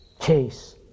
chase